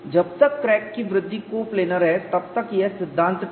जब तक क्रैक की वृद्धि कोप्लेनर है तब तक यह सिद्धांत ठीक है